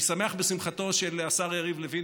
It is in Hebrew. אני שמח בשמחתו של השר יריב לוין,